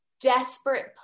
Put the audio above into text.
desperate